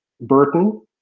Burton